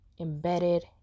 embedded